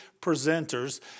presenters